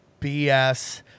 BS